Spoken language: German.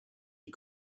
die